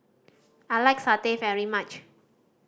I like satay very much